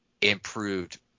improved